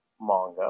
manga